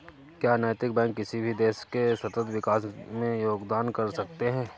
क्या नैतिक बैंक किसी भी देश के सतत विकास में योगदान कर सकते हैं?